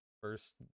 first